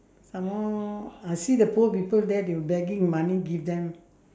some more I see the poor people there they begging money give them